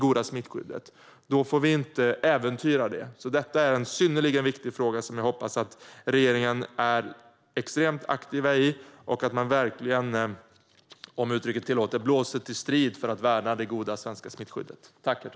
Vi får inte äventyra det. Detta är en synnerligen viktig fråga där jag hoppas att regeringen är extremt aktiv och verkligen, om uttrycket tillåts, blåser till strid för att värna det goda svenska smittskyddet.